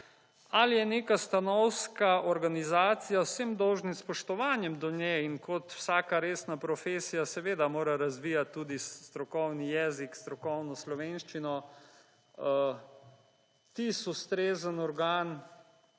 Ali je neka stanovska organizacija z vsem dolžnim spoštovanjem do nje in kot vsaka resna profesija seveda mora razvijati tudi strokovni jezik, strokovno slovenščino tisti ustrezen organ,